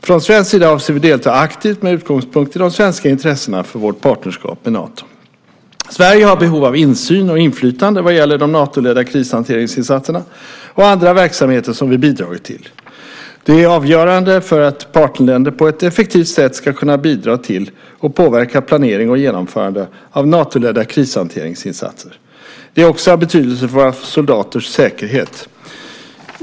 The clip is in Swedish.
Från svensk sida avser vi att delta aktivt med utgångspunkt i de svenska intressena för vårt partnerskap med Nato. Sverige har behov av insyn och inflytande vad gäller de Natoledda krishanteringsinsatserna och andra verksamheter som vi bidrar till. Det är avgörande för att partnerländer på ett effektivt sätt ska kunna bidra till och påverka planering och genomförande av Natoledda krishanteringsinsatser. Det är också av betydelse för våra soldaters säkerhet.